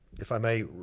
if i may,